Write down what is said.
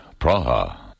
Praha